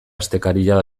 astekaria